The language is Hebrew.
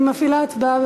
אני מפעילה הצבעה.